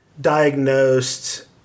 diagnosed